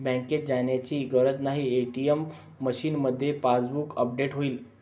बँकेत जाण्याची गरज नाही, ए.टी.एम मशीनमध्येच पासबुक अपडेट होईल